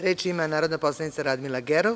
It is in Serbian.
Reč ima narodna poslanica Radmila Gerov.